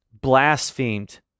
blasphemed